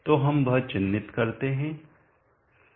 तो हम वह चिन्हित करते है